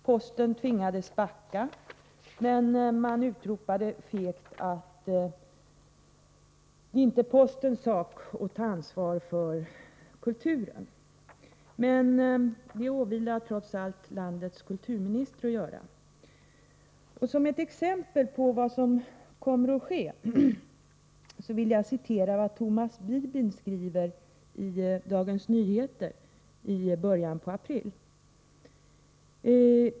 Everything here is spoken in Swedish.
Posten tvingades backa, men man utropade fegt att det inte är postens sak att ta ansvar för kulturen. Men det åvilar trots allt landets kulturminister att göra det. Som exempel på vad som kommer att ske vill jag citera vad Thomas Bibin skriver i Dagens Nyheter i början av april.